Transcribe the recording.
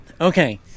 Okay